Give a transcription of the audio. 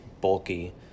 bulky